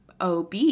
OB